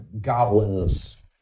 goblins